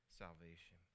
salvation